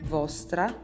vostra